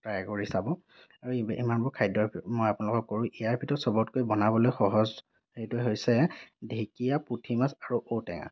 try কৰি চাব আৰু ইম ইমানবোৰ খাদ্য়ৰ মই আপোনালোকক ক'লোঁ ইয়াৰ ভিতৰত চবতকৈ বনাবলৈ সহজ সেইটোৱে হৈছে ঢেঁকীয়া পুঠি মাছ আৰু ঔটেঙা